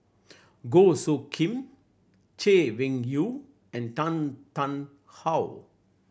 Goh Soo Khim Chay Weng Yew and Tan Tarn How